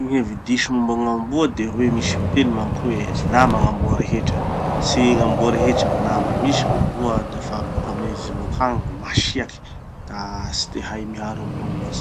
Gny hevi-diso momba gn'amboa de hoe misy miteny manko hoe, nama gn'amboa rehetra. Tsy gn'amboa rehetra gny nama. Misy gn'amboa dafa avy boka amy endriny bokany vô masiaky. Da tsy de hay miharo amin'olo loatsy.